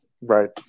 right